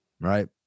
right